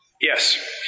yes